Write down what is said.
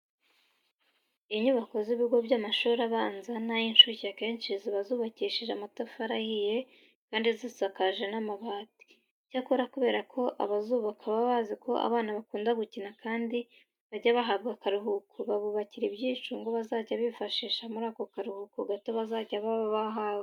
Inyubako z'ibigo by'amashuri abanza n'ay'incuke akenshi ziba zubakishije amatafari ahiye kandi zisakaje n'amabati. Icyakora kubera ko abazubaka baba bazi ko abana bakunda gukina kandi bajya bahabwa akaruhuko, babubakira ibyicungo bazajya bifashisha muri ako karuhuko gato bazajya baba bahawe.